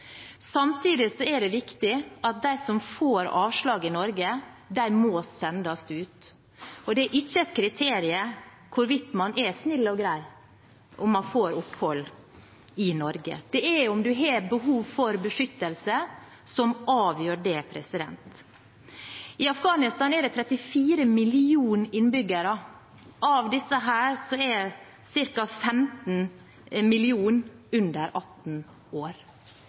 Samtidig er det viktig at de som får avslag i Norge, må sendes ut, og det er ikke et kriterium for å få opphold i Norge at man er snill og grei. Det er om man har behov for beskyttelse, som avgjør det. I Afghanistan er det 34 millioner innbyggere, og av disse er ca. 15 millioner under 18 år.